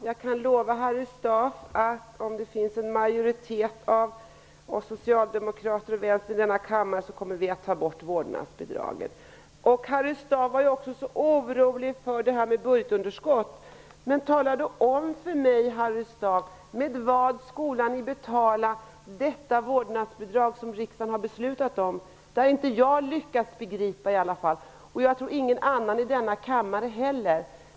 Jag kan lova Harry Staaf att om det finns en majoritet av socialdemokrater och vänster i denna kammare så kommer vi att ta bort vårdnadsbidraget. Harry Staaf var också orolig för budgetunderskottet. Men tala då om för mig Harry Staaf: Med vad skola ni betala detta vårdnadsbidrag som riksdagen har beslutat om? Det har i alla fall jag inte lyckats begripa, och jag tror ingen annan i denna kammare heller.